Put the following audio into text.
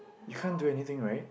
you can't do anything right